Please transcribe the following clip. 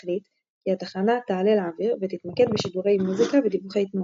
החליט כי התחנה תעלה לאוויר ותתמקד בשידורי מוזיקה ודיווחי תנועה.